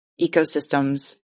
ecosystems